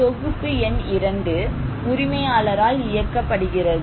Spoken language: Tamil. தொகுப்பு எண் 2 உரிமையாளரால் இயக்கப்படுகிறது